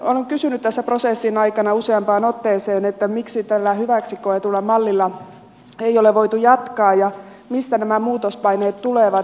olen kysynyt tässä prosessin aikana useampaan otteeseen miksi tällä hyväksi koetulla mallilla ei ole voitu jatkaa ja mistä nämä muutospaineet tulevat